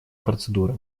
процедуры